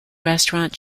restaurant